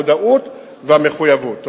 המודעות והמחויבות.